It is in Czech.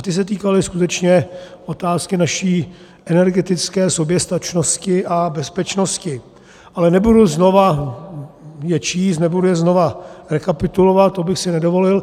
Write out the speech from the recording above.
Ty se týkaly skutečně otázky naší energetické soběstačnosti a bezpečnosti, ale nebudu je číst znova, nebudu je znova rekapitulovat, to bych si nedovolil.